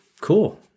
cool